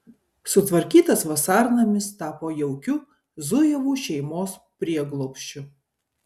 sutvarkytas vasarnamis tapo jaukiu zujevų šeimos prieglobsčiu